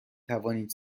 توانید